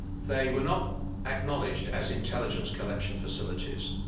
they were not acknowledged as intelligence collection facilities.